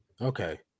Okay